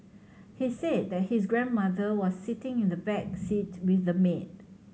he said that his grandmother was sitting in the back seat with the maid